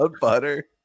butter